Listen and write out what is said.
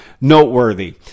noteworthy